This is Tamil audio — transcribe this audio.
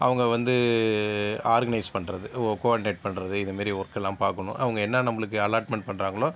அவங்க வந்து ஆர்கனைஸ் பண்ணுறது ஓ கோஆர்டினேட் பண்ணுறது இந்த மாதிரி ஒர்க் எல்லாம் பார்க்கணும் அவங்க என்ன நம்மளுக்கு அலாட்மெண்ட் பண்ணுறாங்களோ